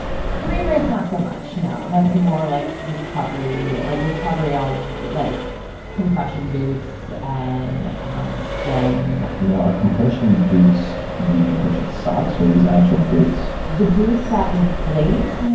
pre-race, not so much. no, that's more like recovery. like recovery i'll like compression boots, and um stem. now, are compression boots the compression socks, or are these actual boots? the boots that inflate,